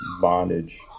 bondage